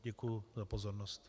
Děkuji za pozornost.